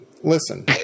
listen